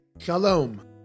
Shalom